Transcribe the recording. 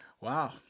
wow